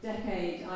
Decade